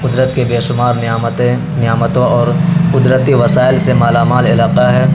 قدرت کے بے شمار نعمتیں نعمتوں اور قدرتی وسائل سے مالا مال علاقہ ہے